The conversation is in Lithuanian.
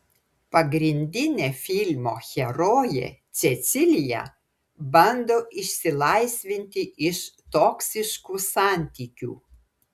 pagrindinė filmo herojė cecilija bando išsilaisvinti iš toksiškų santykių